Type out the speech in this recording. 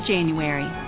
January